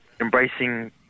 embracing